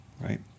right